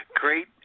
Great